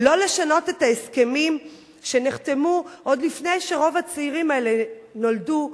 לא לשנות את ההסכמים שנחתמו עוד לפני שרוב הצעירים האלה נולדו,